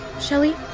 Shelly